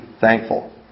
thankful